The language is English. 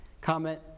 comment